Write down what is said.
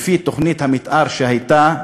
לפי תוכנית המתאר שהייתה,